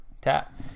Tap